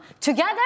Together